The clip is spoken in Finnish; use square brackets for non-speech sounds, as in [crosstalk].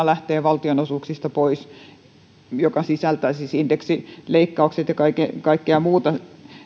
[unintelligible] lähtee pois kaksisataaviisikymmentäneljä miljoonaa joka sisältää siis indeksileikkaukset ja kaikkea muuta